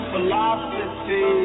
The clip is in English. Philosophy